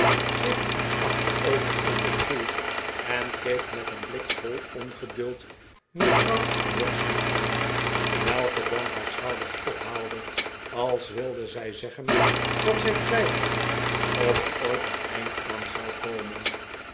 zich achterover in haar stoel en keek met een blik vol ongeduld mevrouw wugsby aan welke dan haar schouders ophaalde als wilde zij zeggen dat zij twijfelde of er ooit een eind aan zou komen